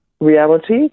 reality